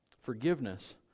forgiveness